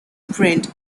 print